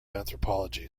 anthropology